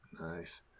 Nice